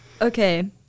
Okay